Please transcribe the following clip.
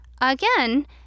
Again